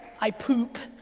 i poop.